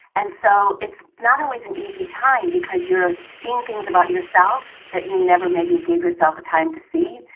and so it's not always an easy time because you're seeing things about yourself that you never maybe gave herself a time to see.